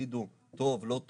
שיגידו טוב, לא טוב,